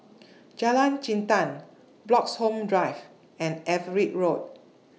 Jalan Jintan Bloxhome Drive and Everitt Road